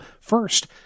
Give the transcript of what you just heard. first